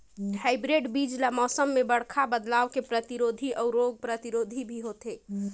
hybrid बीज ल मौसम में बड़खा बदलाव के प्रतिरोधी अऊ रोग प्रतिरोधी भी होथे